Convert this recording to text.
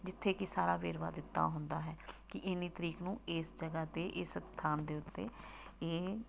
ਜਿੱਥੇ ਕਿ ਸਾਰਾ ਵੇਰਵਾ ਦਿੱਤਾ ਹੁੰਦਾ ਹੈ ਕਿ ਇੰਨੀ ਤਰੀਕ ਨੂੰ ਇਸ ਜਗ੍ਹਾ 'ਤੇ ਇਸ ਸਥਾਨ ਦੇ ਉੱਤੇ ਇਹ